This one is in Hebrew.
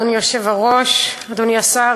אדוני היושב-ראש, תודה, אדוני השר,